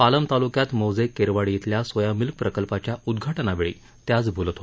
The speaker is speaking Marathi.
पालम तालुक्यात मौजे केरवाडी शिल्या सोया मिल्क प्रकल्पाच्या उद्घाटनावेळी ते आज बोलत होते